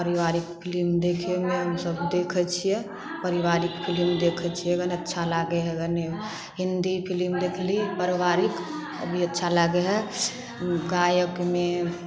परिवारिक फिलिम देखैमे हमसभ देखै छिए परिवारिक फिलिम देखै छिए गने अच्छा लागै हइ गने हिन्दी फिलिम देखली परिवारिक ओ भी अच्छा लागै हइ गायकमे